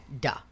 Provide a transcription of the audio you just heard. Duh